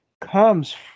comes